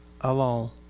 alone